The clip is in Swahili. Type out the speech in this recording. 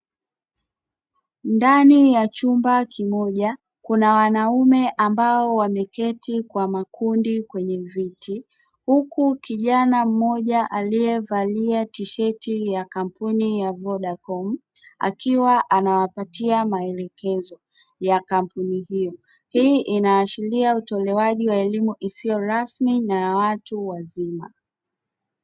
Ndani ya chumba kimoja kuna wanaume ambao wameketi kwa makundi kwenye viti, huku kijana mmoja aliyevalia tisheti ya kampuni ya Vodacom akiwa anawapatia maelekezo ya kampuni hiyo. Hii inaashiria utolewaji wa elimu isiyo rasmi na ya watu wazima.